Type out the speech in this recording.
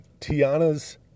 Tiana's